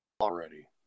already